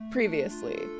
previously